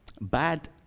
bad